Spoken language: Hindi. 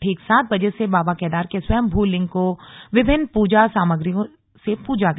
ठीक सात बजे से बाबा केदार के स्वयंभू लिंग को विभिन्न पूजा सामग्रियों से पूजा गया